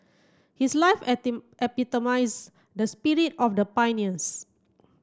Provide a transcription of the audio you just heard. his life epitomize the spirit of the pioneers